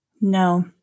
No